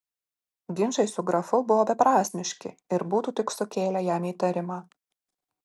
ginčai su grafu buvo beprasmiški ir būtų tik sukėlę jam įtarimą